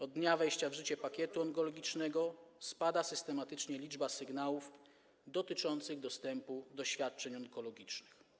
Od dnia wejścia w życie pakietu onkologicznego spada systematycznie liczba sygnałów dotyczących dostępu do świadczeń onkologicznych.